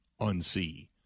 unsee